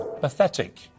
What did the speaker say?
pathetic